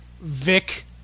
Vic